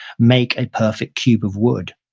make a perfect cube of wood,